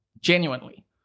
Genuinely